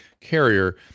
carrier